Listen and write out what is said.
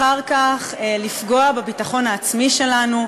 אחר כך לפגוע בביטחון העצמי שלנו,